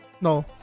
No